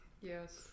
yes